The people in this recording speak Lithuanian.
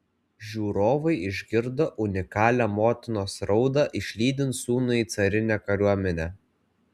žiūrovai išgirdo unikalią motinos raudą išlydint sūnų į carinę kariuomenę